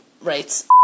writes